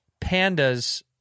Pandas